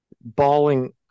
balling